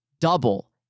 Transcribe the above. Double